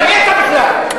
די.